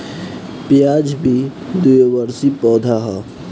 प्याज भी द्विवर्षी पौधा हअ